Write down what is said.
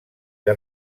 que